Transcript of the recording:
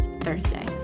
Thursday